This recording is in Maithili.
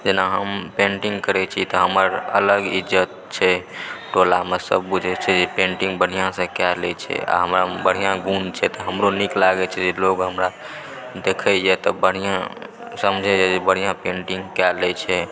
जेना हम पेंटिङ्ग करै छी तऽ हमर अलग इज्तत छै टोलामे सब बुझै छै जे पेंटिङ्ग बढ़िआँसँ कए लए छै आ हमरा बढ़िआँ गुण छै हमरो नीक लागै छै जे लोग हमरा देखैए तऽ बढ़िआँ समझैए ई बढ़िआँ पेंटिङ्ग कए लए छै